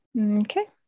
Okay